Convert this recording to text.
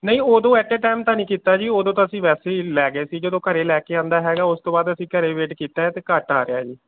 ਨਹੀਂ ਉਦੋਂ at a time ਤਾਂ ਨਹੀਂ ਕੀਤਾ ਜੀ ਉਦੋਂ ਤਾਂ ਅਸੀਂ ਵੈਸੇ ਹੀ ਲੈ ਗਏ ਸੀ ਜਦੋਂ ਘਰ ਲੈ ਕੇ ਆਂਦਾ ਹੈਗਾ ਉਸ ਤੋਂ ਬਾਅਦ ਅਸੀਂ ਘਰ ਵੇਟ ਕੀਤਾ ਹੈ ਤਾਂ ਘੱਟ ਆ ਰਿਹਾ ਹੈ ਜੀ